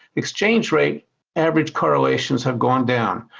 exchange rate average correlations have gone down.